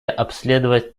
обследовать